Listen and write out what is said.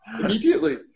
immediately